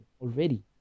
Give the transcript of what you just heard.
already